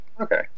Okay